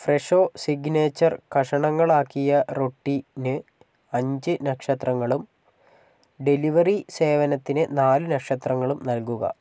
Fresho signature കഷണങ്ങളാക്കിയ റൊട്ടി ന് അഞ്ച് നക്ഷത്രങ്ങളും ഡെലിവറി സേവനത്തിന് നാല് നക്ഷത്രങ്ങളും നൽകുക